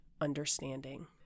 understanding